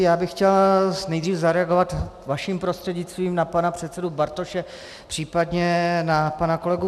Já bych chtěl nejdřív zareagovat vaším prostřednictvím na pana předsedu Bartoše, případně na pana kolegu Ferjenčíka.